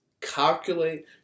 Calculate